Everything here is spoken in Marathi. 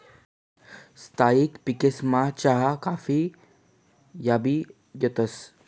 स्थायी पिकेसमा चहा काफी याबी येतंस